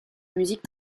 musique